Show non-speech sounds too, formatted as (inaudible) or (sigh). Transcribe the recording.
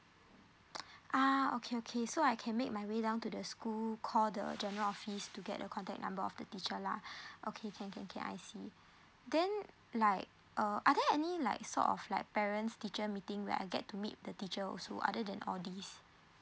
(noise) ah okay okay so I can make my way down to the school call the general office to get a contact number of the teacher lah (breath) okay can can can I see then like uh are there any like sort of like parents teacher meeting where I get to meet the teacher also other than all this